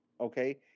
okay